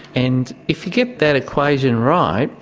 and if you get that equation right,